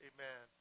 Amen